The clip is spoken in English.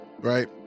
right